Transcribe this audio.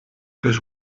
goes